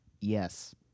yes